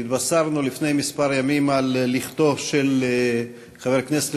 נתבשרנו לפני כמה ימים על לכתו של חבר הכנסת